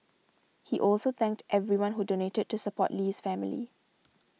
he also thanked everyone who donated to support Lee's family